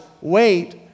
wait